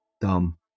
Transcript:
Dumb